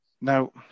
Now